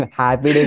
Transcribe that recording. happy